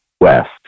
west